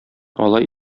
алай